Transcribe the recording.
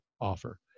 offer